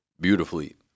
beautifully